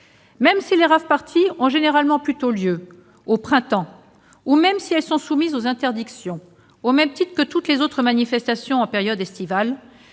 Même si les rave-parties ont généralement plutôt lieu au printemps et sont soumises aux interdictions au même titre que toutes les autres manifestations en période estivale,